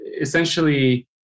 essentially